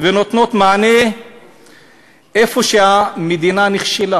ונותנות מענה אם המדינה נכשלה.